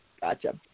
Gotcha